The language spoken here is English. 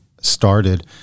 started